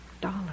Dollar